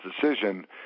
decision